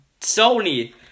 Sony